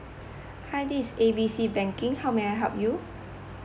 hi this is A B C banking how may I help you